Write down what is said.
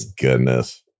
goodness